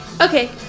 Okay